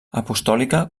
apostòlica